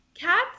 cats